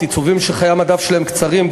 עיצובים שחיי המדף שלהם קצרים,